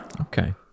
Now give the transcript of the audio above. Okay